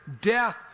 death